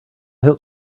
hope